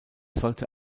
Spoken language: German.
sollte